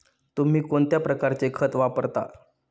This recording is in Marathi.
तुम्ही कोणत्या प्रकारचे खत वापरता?